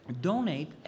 donate